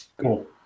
Cool